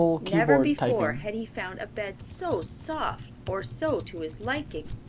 never before had he found a bed so soft or so to his liking.